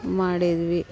ಮಾಡಿದ್ವಿ